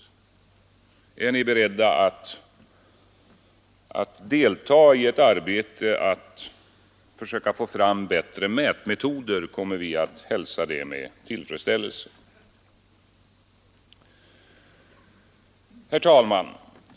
Är ni beredda att delta i ett arbete som går ut på att försöka få fram bättre mätmetoder så kommer vi att hälsa det med tillfredsställelse.